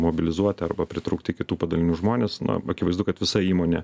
mobilizuoti arba pritraukti kitų padalinių žmones na akivaizdu kad visa įmonė